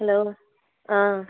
hello ஆ